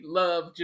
love